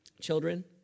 Children